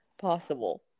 possible